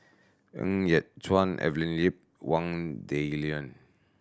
Ng Yat Chuan Evelyn Lip Wang Dayuan